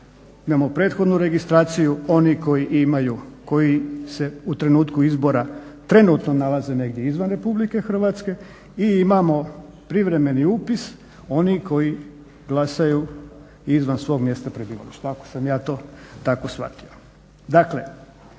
Imamo prethodnu registraciju, oni koji se u trenutku izbora trenutno nalaze negdje izvan Republike Hrvatske i imamo privremeni upis, oni koji glasaju izvan svog mjesta prebivališta. Ako sam ja to tako shvatio.